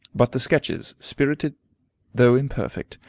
but the sketches, spirited though imperfect,